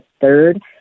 third